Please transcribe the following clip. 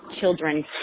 children